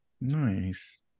Nice